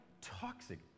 toxic